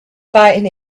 fighting